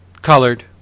colored